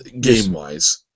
game-wise